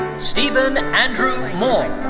steven andrew moore.